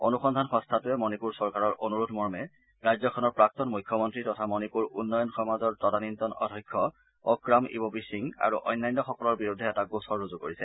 অনুসন্ধান সংস্থাটোৱে মণিপুৰ চৰকাৰৰ অনুৰোধ মৰ্মে ৰাজ্যখনৰ প্ৰাক্তন মুখ্যমন্তী তথা মণিপুৰ উন্নয়ন সমাজৰ তদানীন্তন অধ্যক্ষ অক্ৰাম ইবোবি সিং আৰু অন্যান্যসকলৰ বিৰুদ্ধে এটা গোচৰ ৰুজু কৰিছে